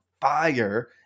fire